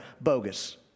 Bogus